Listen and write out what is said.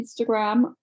Instagram